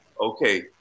okay